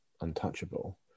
untouchable